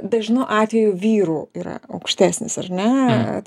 dažnu atveju vyrų yra aukštesnis ar ne